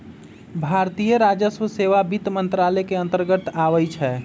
भारतीय राजस्व सेवा वित्त मंत्रालय के अंतर्गत आबइ छै